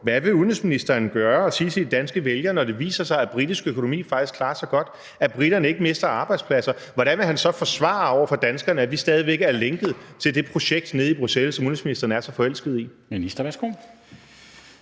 Hvad vil udenrigsministeren gøre og sige til de danske vælgere, når det viser sig, at britisk økonomi faktisk klarer sig godt, at briterne ikke mister arbejdspladser? Hvordan vil han så forsvare over for danskerne, at vi stadig væk er lænket til det projekt nede i Bruxelles, som udenrigsministeren er så forelsket i?